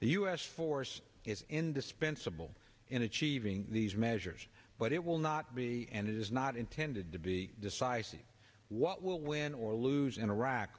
the u s force is indispensable in achieving these measures but it will not be and is not intended to be decisive what will win or lose in iraq